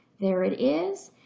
there it is.